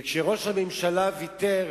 וכשראש הממשלה ויתר,